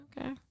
Okay